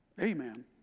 Amen